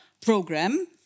program